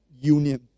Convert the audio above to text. union